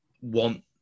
want